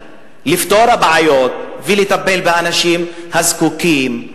ולפתור את הבעיות ולטפל באנשים הזקוקים,